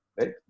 right